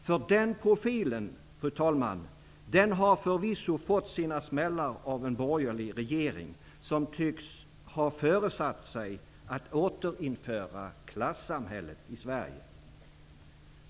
För den profilen har förvisso fått sina smällar av en borgerlig regering, som tycks ha föresatt sig att återinföra klassamhället i Sverige.